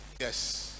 Yes